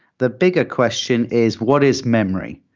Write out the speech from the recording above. the bigger question is what is memory?